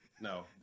No